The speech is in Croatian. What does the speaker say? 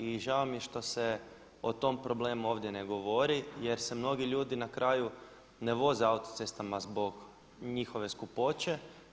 I žao mi je što se o tom problemu ovdje ne govori jer se mnogi ljudi na kraju ne voze autocestama zbog njihove skupoće.